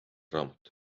raamat